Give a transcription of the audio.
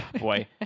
boy